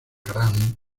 gran